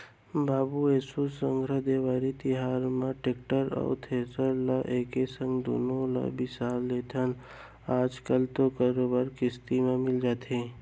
बाबू एसो संघरा देवारी तिहार म टेक्टर अउ थेरेसर ल एके संग दुनो ल बिसा लेतेन आज कल तो बरोबर किस्ती म मिल ही जाथे